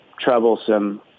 troublesome